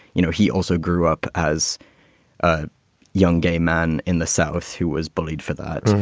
you know, he also grew up as a young gay man in the south who was bullied for that.